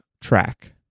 track